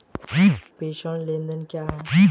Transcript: प्रेषण लेनदेन क्या है?